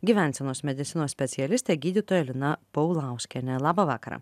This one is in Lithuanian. gyvensenos medicinos specialistė gydytoja lina paulauskienė labą vakarą